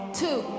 Two